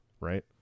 right